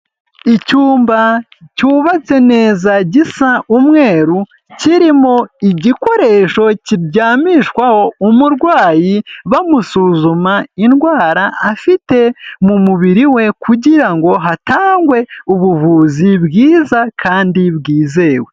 Icyumba cyubatse neza gisa umweru kirimo igikoresho kiryamishwaho umurwayi bamusuzuma indwara afite mu mubiri we kugira ngo hatangwe ubuvuzi bwiza kandi bwizewe.